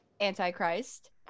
Antichrist